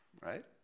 Right